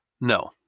No